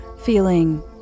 feeling